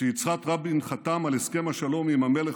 כשיצחק רבין חתם על הסכם השלום עם המלך